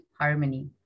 harmony